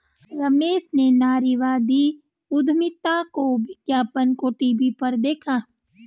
रमेश ने नारीवादी उधमिता के विज्ञापन को टीवी पर देखा